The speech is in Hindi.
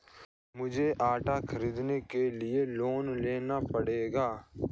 मुझे ऑटो खरीदने के लिए लोन लेना पड़ेगा